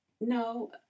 no